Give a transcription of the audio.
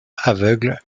aveugle